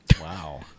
Wow